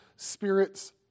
spirits